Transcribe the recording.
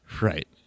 right